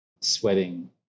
sweating